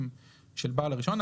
לנקודת סיום הרשת.